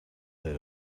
lit